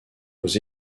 aux